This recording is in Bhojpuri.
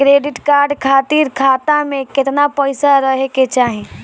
क्रेडिट कार्ड खातिर खाता में केतना पइसा रहे के चाही?